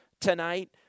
tonight